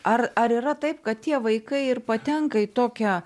ar ar yra taip kad tie vaikai ir patenka į tokią